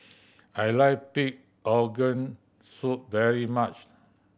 I like pig organ soup very much